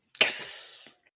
Yes